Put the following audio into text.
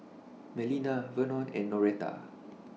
Melina Vernon and Noretta